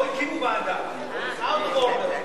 פה הקימו ועדה out of order,